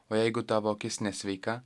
o jeigu tavo akis nesveika